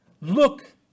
Look